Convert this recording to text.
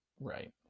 right